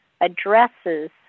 addresses